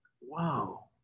wow